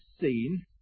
seen